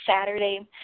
Saturday